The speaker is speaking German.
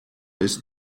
ist